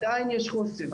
עדיין יש חוסר.